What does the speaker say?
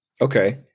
Okay